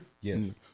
Yes